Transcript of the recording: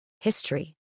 history